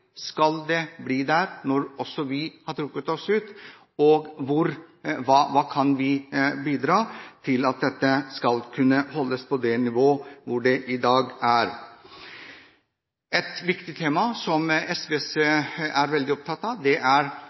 Skal man bli der når også vi har trukket oss ut? Og hva kan vi bidra med for at dette skal kunne holdes på det nivået det er i dag? Et viktig tema som SV er veldig opptatt av, er demokratiseringen av det